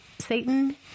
Satan